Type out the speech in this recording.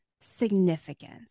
significance